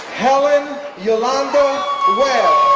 helen yolanda webb